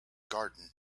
garden